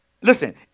listen